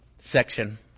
Section